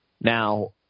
Now